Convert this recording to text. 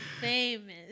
Famous